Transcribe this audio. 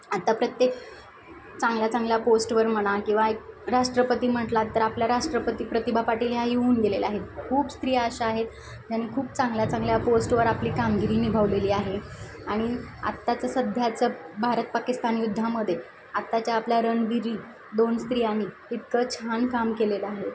आता प्रत्येक चांगल्या चांगल्या पोस्टवर म्हणा किंवा एक राष्ट्रपती म्हटला तर आपल्या राष्ट्रपती प्रतिभा पाटील ह्या ही होऊन गेलेल्या आहेत खूप स्त्रिया अशा आहेत ज्याने खूप चांगल्या चांगल्या पोस्टवर आपली कामगिरी निभावलेली आहे आणि आत्ताचं सध्याचं भारत पाकिस्तान युद्धामध्ये आत्ताच्या आपल्या रणबिरी दोन स्त्रियांनी इतकं छान काम केलेलं आहे